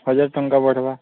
ହଜାର ଟଙ୍କା ବଢ଼ବା